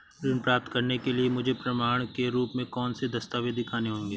ऋण प्राप्त करने के लिए मुझे प्रमाण के रूप में कौन से दस्तावेज़ दिखाने होंगे?